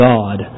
God